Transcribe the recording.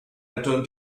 return